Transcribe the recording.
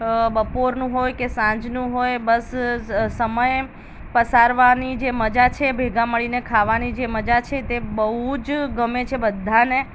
બપોરનું હોય કે સાંજનું હોય બસ સ સમય પસાર કરવાની જે મજા છે ભેગા મળીને ખાવાની જે મજા છે તે બહુ જ ગમે છે બધાને